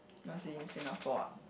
must be in Singapore ah